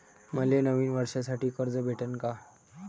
मले नवीन वर्षासाठी कर्ज भेटन का?